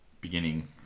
Beginning